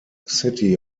city